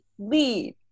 Lead